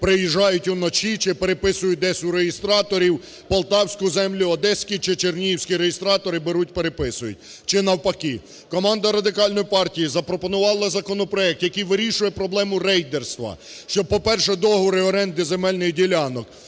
приїжджають вночі чи переписують десь у реєстраторів: полтавську землю одеські чи чернігівські реєстратори беруть і переписують чи навпаки. Команда Радикальної партії запропонувала законопроект, який вирішує проблему рейдерства, щоб, по-перше договори оренди земельних ділянок